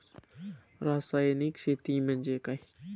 रासायनिक शेती म्हणजे काय?